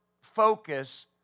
focus